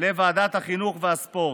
לוועדת החינוך והספורט,